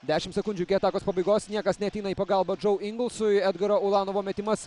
dešimt sekundžių iki atakos pabaigos niekas neateina į pagalbą džeu ingelsui edgaro ulanovo metimas